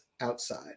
outside